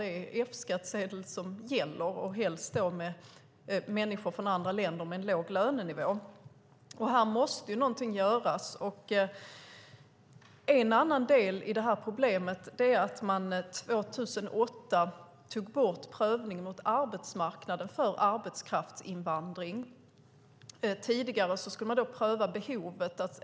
Det är F-skattsedel som gäller och helst människor från andra länder med en låg lönenivå. Här måste någonting göras. En annan del i det här problemet är att man 2008 tog bort prövningen mot arbetsmarknaden för arbetskraftsinvandring. Tidigare skulle man pröva behovet.